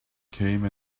came